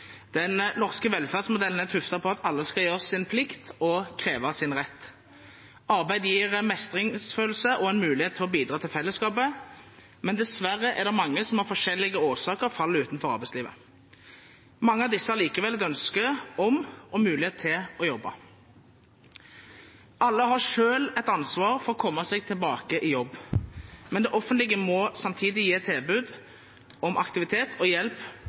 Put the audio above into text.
Den norske velferdsmodellen er tuftet på at alle skal gjøre sin plikt og kreve sin rett. Arbeid gir mestringsfølelse og en mulighet til å bidra til fellesskapet, men dessverre er det mange som av forskjellige årsaker faller utenfor arbeidslivet. Mange av disse har likevel et ønske om og mulighet til å jobbe. Alle har selv et ansvar for å komme seg tilbake i jobb, men det offentlige må samtidig gi tilbud om aktivitet og hjelp